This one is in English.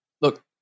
Look